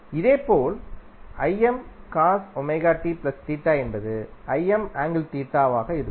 இதேபோல்என்பது ஆக இருக்கும்